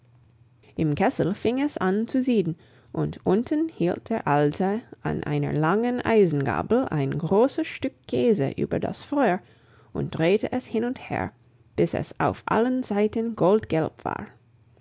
im kessel fing es an zu sieden und unten hielt der alte an einer langen eisengabel ein großes stück käse über das feuer und drehte es hin und her bis es auf allen seiten goldgelb war